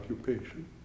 occupation